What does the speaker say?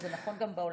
זה נכון גם בעולם?